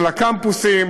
זה לקמפוסים,